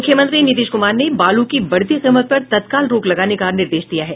मुख्यमंत्री नीतीश कुमार ने बालू की बढ़ती कीमत पर तत्काल रोक लगाने का निर्देश दिया है